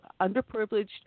underprivileged